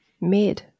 mid